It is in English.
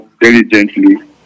diligently